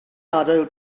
adael